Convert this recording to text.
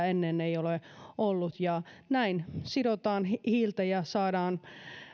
ennen ei ole ollut ja näin sidotaan hiiltä ja saadaan